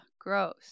gross